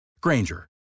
Granger